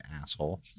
asshole